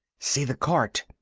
see the cart!